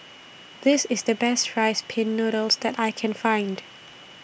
This IS The Best Rice Pin Noodles that I Can Find